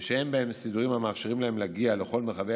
ושאין בהם סידורים המאפשרים להם להגיע לכל מרחבי